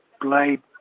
Blade